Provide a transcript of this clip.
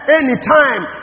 anytime